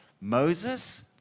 Moses